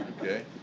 Okay